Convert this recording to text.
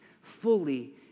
fully